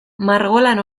margolan